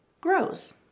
grows